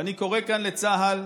ואני קורא כאן לצה"ל